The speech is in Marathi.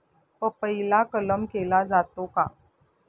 पपईला कलम केला जातो का?